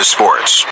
Sports